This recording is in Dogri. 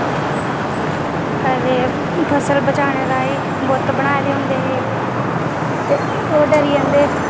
ते फसल बचाने ताईं बुत्त बनाए दे होंदे हे ते ओह् डरी जन्दे